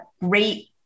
great